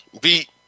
beat